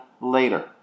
later